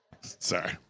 Sorry